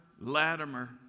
Latimer